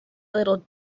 little